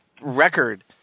record